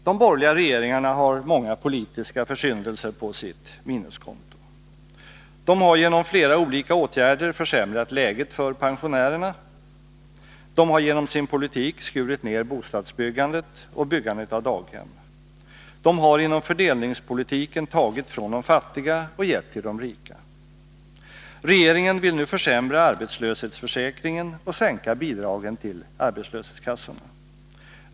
De borgerliga regeringarna har många politiska försyndelser på sitt minuskonto. De har genom flera olika åtgärder försämrat läget för pensionärerna. De har genom sin politik skurit ned bostadsbyggandet och byggandet av daghem. De har inom fördelningspolitiken tagit från de fattiga och gett till de rika. Regeringen vill nu försämra arbetslöshetsförsäkringen och sänka bidragen till arbetslöshetskassorna.